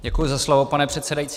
Děkuji za slovo, pane předsedající.